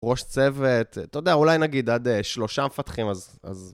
ראש צוות, אתה יודע, אולי נגיד עד שלושה מפתחים, אז...